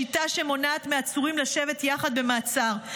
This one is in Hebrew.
שיטה שמונעת מעצורים לשבת יחד במעצר.